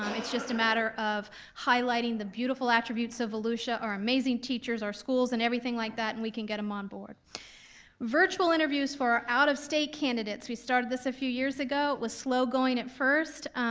it's just a matter of highlighting the beautiful attributes of volusia, our amazing teachers, our schools, and everything like that, and we can get um onboard. virtual interviews for our out-of-state candidates. we started this a few years ago, it was slow going at first.